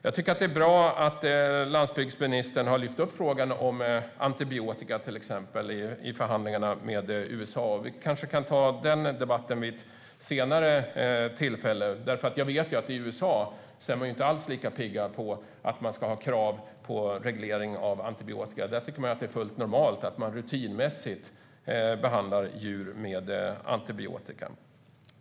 Jag tycker att det är bra att landsbygdsministern har lyft upp frågan om till exempel antibiotika i förhandlingarna med USA. Vi kanske kan ta den debatten vid ett senare tillfälle. Jag vet att man i USA inte alls är lika pigga på krav på reglering av antibiotikaanvändningen. Där tycker man att det är fullt normalt att rutinmässigt behandla djur med antibiotika.